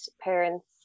parents